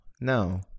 No